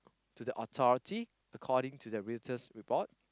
to the authority according to the Reuters report